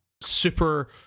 super